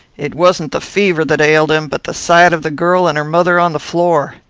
it wasn't the fever that ailed him, but the sight of the girl and her mother on the floor.